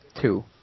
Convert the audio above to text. Two